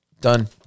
Done